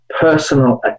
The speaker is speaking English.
personal